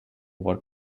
war